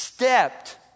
Stepped